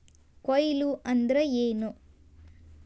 ಕೊಯ್ಲು ಅಂದ್ರ ಏನ್?